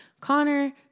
Connor